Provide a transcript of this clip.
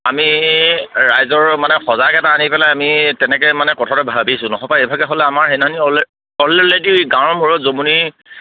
আমি ৰাইজৰ মানে সজাগ এটা আনি পেলাই আমি তেনেকে মানে কথাতো ভাবিছোঁ নহ'বা ইভাগে হ'লে আমাৰ সেইদিনাখন অলৰেডি গাঁৱৰবোৰত জমনি